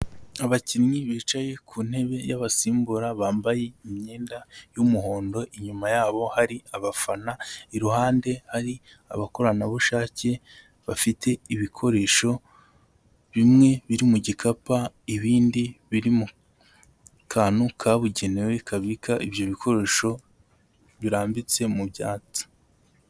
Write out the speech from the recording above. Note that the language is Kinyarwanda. Abakinnyi bicaye ku ntebe y'abasimbura bambaye imyenda y'umuhondo, inyuma yabo hari abafana, iruhande hari abakoranabushake bafite ibikoresho bimwe biri mu gikapa, ibindi biri mu kantu kabugenewe kabika ibyo bikoresho birambitse mu byatsi.